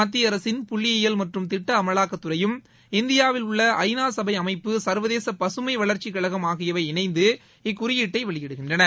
மத்தியஅரசின் புள்ளியியல் மற்றும் திட்ட அமலாக்கத்துறையும் இந்தியாவில் உள்ள ஐநா சபை அமைப்பு சர்வதேச பசுமை வளர்ச்சிக்கழகம் ஆகியவை இணைந்து இக்குறியீட்டை வெளியிடுகின்றன